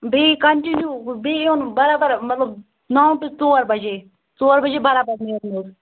بیٚیہِ کَنٹِنیوٗ بیٚیہِ یُن برابر مطلب نَو ٹُو ژور بجے ژور بجے برابر نیرُن یورٕ